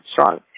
strong